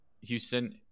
Houston